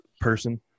person